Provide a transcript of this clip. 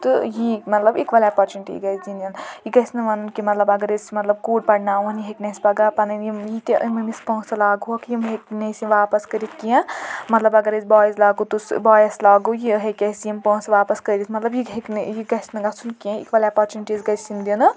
تہٕ یی مطلب اِکوَل اپرچُنِٹی گٔژھہِ دِنۍ ین یہِ گژھہِ نہٕ وَنُن کہِ مطلب اَگر أسۍ مطلب کوٗر پَرناوہون یہِ ہیٚکہِ نہٕ اسہِ پَگاہ پَنٕنۍ یِم یہِ تہِ یِم أمِس پوٚنسہٕ لاگہوکھ یِم ہیٚکہِ نہٕ اسہِ یہِ واپَس کٔرتھ کیٚنٛہہ مطلب اَگر أسۍ بوایِز لاگو تہٕ بوایَس لاگو تہٕ یہِ ہیٚکہِ اسہِ یِم پوٚنسہٕ واپَس کٔرِتھ مطلب یہِ ہیٚکہِ نہٕ یہِ گژھہِ نہٕ گژھُن کیٚنٛہہ اِکوَل اپرچُنِٹیٖز گژھہِ ینۍ دِنہٕ